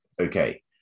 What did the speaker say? Okay